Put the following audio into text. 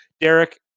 Derek